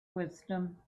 wisdom